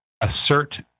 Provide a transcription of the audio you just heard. assert